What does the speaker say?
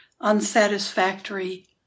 unsatisfactory